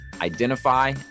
identify